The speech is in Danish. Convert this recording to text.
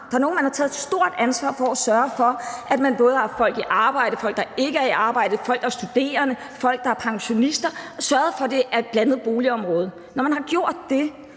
steder, hvor man har taget et stort ansvar for at sørge for, at man både har haft folk i arbejde, folk, der ikke er i arbejde, folk, der er studerende, folk, der er pensionister, og på den måde har man sørget for, at det er et blandet boligområde. Når man har gjort det,